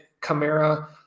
Camara